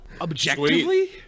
Objectively